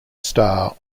star